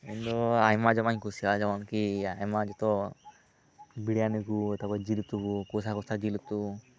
ᱤᱧ ᱫᱚ ᱟᱭᱢᱟ ᱡᱚᱢᱟᱜ ᱤᱧ ᱠᱩᱥᱤᱭᱟᱜᱼᱟ ᱡᱮᱢᱚᱱ ᱠᱤ ᱟᱭᱢᱟ ᱡᱚᱛᱚ ᱵᱨᱤᱭᱟᱱᱤ ᱠᱚ ᱛᱟᱯᱚᱨ ᱡᱤᱞ ᱩᱛᱩᱠᱚ ᱠᱚᱥᱟ ᱠᱚᱥᱟ ᱡᱤᱞ ᱩᱛᱩ